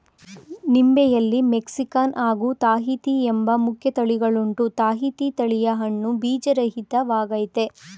ನಿಂಬೆಯಲ್ಲಿ Mexican ಹಾಗೂ Tahiti ಎಂಬ ಮುಖ್ಯ ತಳಿಗಳುಂಟು ತಾಹಿತಿ ತಳಿಯ ಹಣ್ಣು ಬೀಜರಹಿತ ವಾಗಯ್ತೆ